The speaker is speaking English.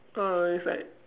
uh it's like